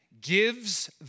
gives